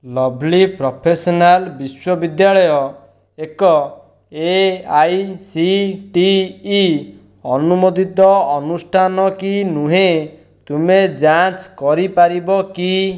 Lovely Professional ବିଶ୍ୱବିଦ୍ୟାଳୟ ଏକ AICTE ଅନୁମୋଦିତ ଅନୁଷ୍ଠାନ କି ନୁହେଁ ତୁମେ ଯାଞ୍ଚ କରିପାରିବ କି